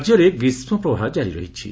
ରାକ୍ୟରେ ଗ୍ରୀଷ୍କ ପ୍ରବାହ ଜାରି ରହିଛି